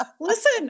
Listen